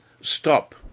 stop